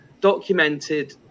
documented